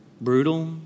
brutal